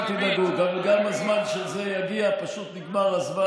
אל תדאגו, גם הזמן של זה יגיע, פשוט נגמר הזמן.